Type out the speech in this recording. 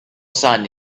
sand